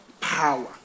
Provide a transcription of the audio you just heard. Power